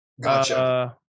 gotcha